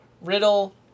Riddle